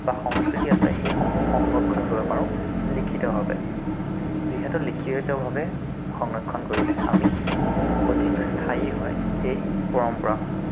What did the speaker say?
বা সংস্কৃতি আছে সেই সমূহ সংৰক্ষণ কৰিব পাৰোঁ লিখিতভাৱে যিহেতু লিখিতভাৱে সংৰক্ষণ কৰিলে আমি অধিক স্থায়ী হয় সেই পৰম্পৰাসমূহ